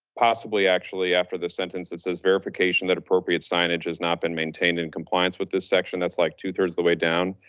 possibly actually after the sentence that says verification, that appropriate signage has not been maintained in compliance with this section. that's like two thirds of the way down,